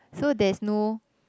so there's no